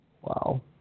Wow